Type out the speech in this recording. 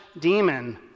demon